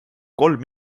kolm